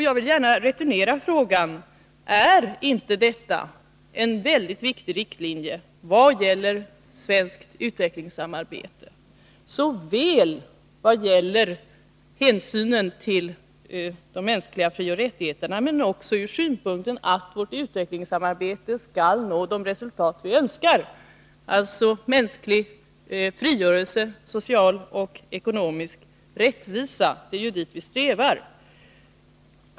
Jag vill gärna returnera den fråga jag fick: Är inte detta mycket viktiga riktlinjer när det gäller svenskt utvecklingssamarbete, såväl beträffande hänsynen till de mänskliga frioch rättigheterna som med tanke på att vårt utvecklingssamarbete skall kunna nå de resultat vi önskar: mänsklig frigörelse, social och ekonomisk rättvisa? Det är ju dit vi strävar.